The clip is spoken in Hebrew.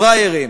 פראיירים,